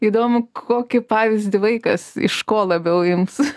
įdomu kokį pavyzdį vaikas iš ko labiau ims